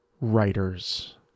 writers